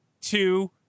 Two